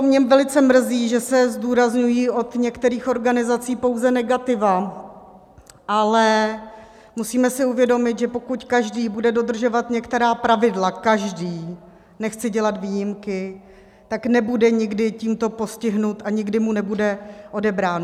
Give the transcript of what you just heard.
Mě velice mrzí, že se od některých organizací zdůrazňují pouze negativa, ale musíme si uvědomit, že pokud každý bude dodržovat některá pravidla, každý, nechci dělat výjimky, tak nebude nikdy tímto postihnut a nikdy mu nebude odebráno.